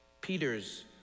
Peter's